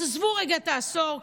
אז עזבו רגע את העשור,